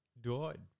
died